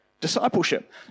discipleship